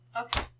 Okay